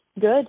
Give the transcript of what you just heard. Good